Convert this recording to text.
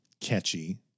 catchy